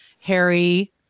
Harry